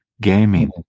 Gaming